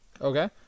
Okay